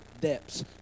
depths